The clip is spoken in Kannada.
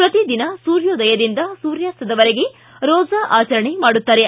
ಪ್ರತಿದಿನ ಸೂರ್ಯೋದಯದಿಂದ ಸೂರ್ಯಾಸ್ತದವರೆಗೆ ರೋಜಾ ಆಚರಣೆ ಮಾಡುತ್ತಾರೆ